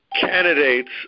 candidates